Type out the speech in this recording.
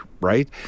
right